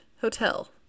hotel